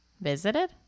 Visited